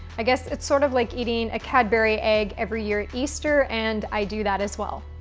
i guess it's sort of like eating a cadbury egg every year at easter, and i do that as well.